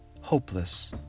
hopeless